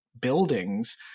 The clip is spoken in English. buildings